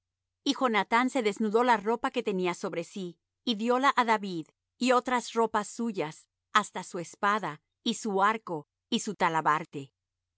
y jonathán se desnudó la ropa que tenía sobre sí y dióla á david y otras ropas suyas hasta su espada y su arco y su talabarte